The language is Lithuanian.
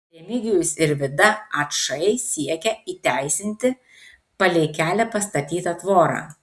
remigijus ir vida ačai siekia įteisinti palei kelią pastatytą tvorą